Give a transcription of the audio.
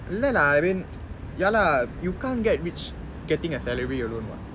இல்லை:illai lah I mean ya lah you can't get rich getting a salary alone [what]